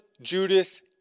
Judas